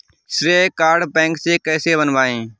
श्रेय card bank से कैसे बनवाएं?